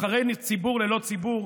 נבחרי הציבור ללא ציבור,